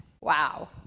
wow